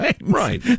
Right